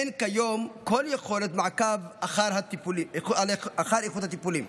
אין כיום כל יכולת מעקב אחר איכות הטיפולים,